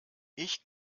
ich